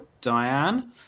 diane